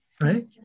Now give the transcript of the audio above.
right